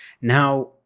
now